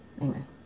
Amen